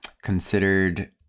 Considered